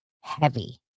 heavy